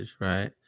right